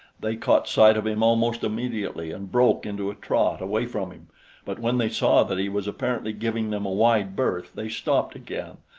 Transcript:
they caught sight of him almost immediately and broke into a trot away from him but when they saw that he was apparently giving them a wide berth they stopped again,